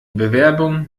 bewerbung